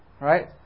right